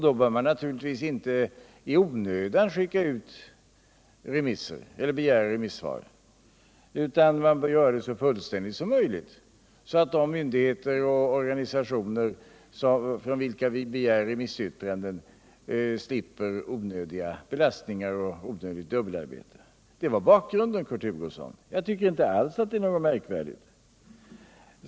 Då bör man naturligtvis inte i onödan begära remissvar. Man bör göra utredningar så fullständiga som möjligt, så att de myndigheter och organisationer från vilka vi begär remissyttranden slipper onödigt dubbelarbete. Det är bakgrunden, Kurt Hugosson. Jag tycker inte alls att det är något märkvärdigt.